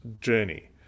journey